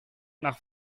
nach